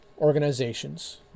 organizations